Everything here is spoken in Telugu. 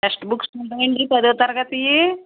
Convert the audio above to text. టెక్స్ట్ బుక్స్ ఉన్నాయా అండి పదో తరగతివి